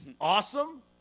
awesome